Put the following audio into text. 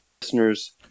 listeners